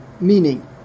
Meaning